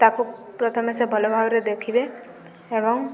ତାକୁ ପ୍ରଥମେ ସେ ଭଲ ଭାବରେ ଦେଖିବେ ଏବଂ